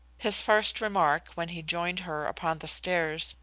his first remark, when he joined her upon the stairs,